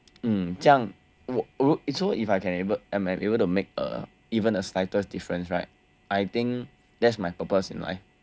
mm 这样 so if I can able I'm able to make uh even the slightest difference right I think that's my purpose in life